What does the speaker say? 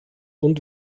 und